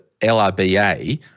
LRBA